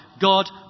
God